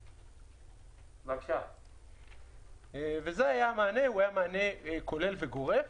זה היה המענה, הוא היה מענה כולל וגורף.